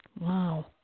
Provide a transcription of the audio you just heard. Wow